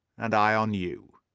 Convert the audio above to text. and i on you.